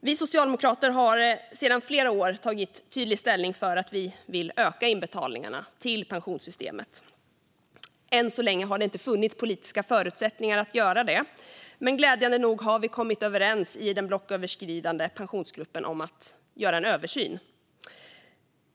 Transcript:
Vi socialdemokrater har sedan flera år tagit tydlig ställning för att vi vill öka inbetalningarna till pensionssystemet. Än så länge har det inte funnits politiska förutsättningar att göra det, men glädjande nog har vi kommit överens i den blocköverskridande pensionsgruppen om att göra en översyn.